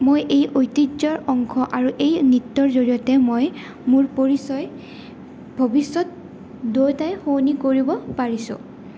মই এই ঐতিহ্যৰ অংশ আৰু এই নৃত্যৰ জৰিয়তে মই মোৰ পৰিচয় ভৱিষ্যত দুয়োটাই শুৱনি কৰিব পাৰিছোঁ